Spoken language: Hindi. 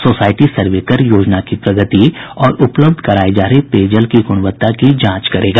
सोसायटी सर्वे कर योजना की प्रगति और उपलब्ध कराये जा रहे पेयजल की गुणवत्ता की जांच करेगा